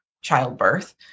childbirth